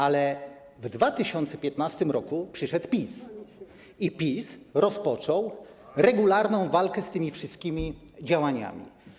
Ale w 2015 r. przyszedł PiS i PiS rozpoczął regularną walkę z tymi wszystkimi działaniami.